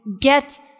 get